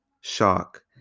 shock